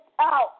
out